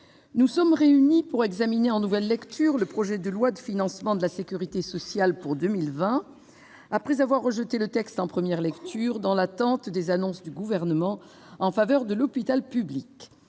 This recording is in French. nous sommes réunis pour examiner en nouvelle lecture le projet de loi de financement de la sécurité sociale pour 2020, après avoir rejeté le texte en première lecture, dans l'attente des annonces du Gouvernement en faveur de l'hôpital public.